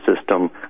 system